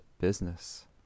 business